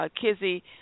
Kizzy